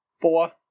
Four